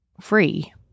free